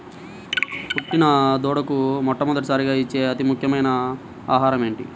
పుట్టిన దూడకు మొట్టమొదటిసారిగా ఇచ్చే అతి ముఖ్యమైన ఆహారము ఏంటి?